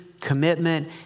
commitment